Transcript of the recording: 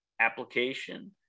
application